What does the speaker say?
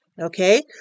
Okay